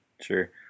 Sure